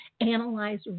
analyze